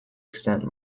extent